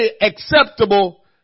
acceptable